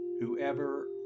whoever